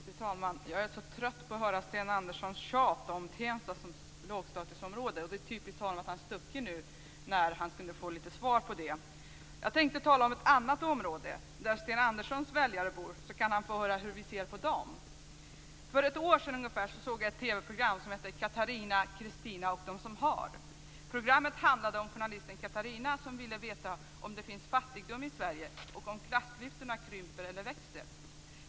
Fru talman! Jag är så trött på att höra Sten Anderssons tjat om Tensta som lågstatusområde. Det är typiskt Sten Andersson att lämna kammaren. Nu hade han ju kunnat få svar. Jag tänkte tala om ett annat område, ett område där Sten Anderssons väljare bor. Därmed kan han få veta hur vi ser på dem. För ungefär ett år sedan såg jag ett TV-program - Katarina, Kristina och de som har. Programmet handlade om journalisten Katarina som ville veta om det finns fattigdom i Sverige och om klassklyftorna krymper eller växer.